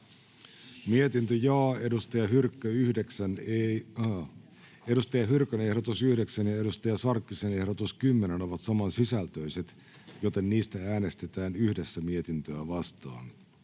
Content: Saara Hyrkön ehdotus 11 ja Hanna Sarkkisen ehdotus 12 ovat samansisältöiset, joten niistä äänestetään yhdessä mietintöä vastaan.